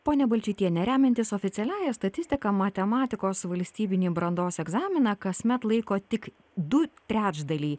pone balčytiene remiantis oficialiąja statistika matematikos valstybinį brandos egzaminą kasmet laiko tik du trečdaliai